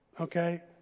Okay